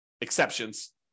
exceptions